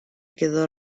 quedó